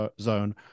zone